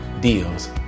deals